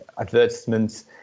advertisements